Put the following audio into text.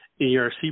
ERC